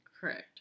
Correct